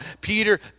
Peter